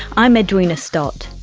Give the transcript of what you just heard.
i'm edwina stott,